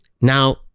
Now